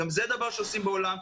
גם זה דבר שעושים בעולם,